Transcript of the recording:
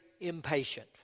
impatient